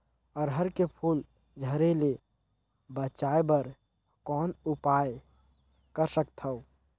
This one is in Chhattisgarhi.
अरहर के फूल झरे ले बचाय बर कौन उपाय कर सकथव?